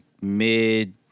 mid